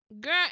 Girl